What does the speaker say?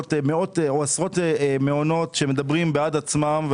שמנהלות עשרות מעונות, שמדברים בעד עצמם.